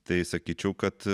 tai sakyčiau kad